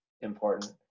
important